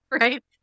right